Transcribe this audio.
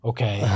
Okay